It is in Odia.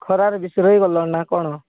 ଖରାରେ ବେଶୀ ରହିଗଲ ନାଁ କ'ଣ